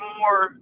more